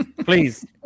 Please